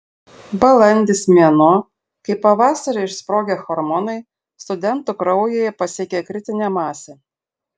balandis mėnuo kai pavasarį išsprogę hormonai studentų kraujyje pasiekia kritinę masę